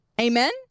amen